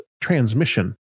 transmission